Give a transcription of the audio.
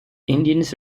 indians